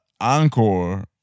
Encore